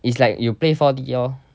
it's like you play four D orh